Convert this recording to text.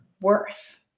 worth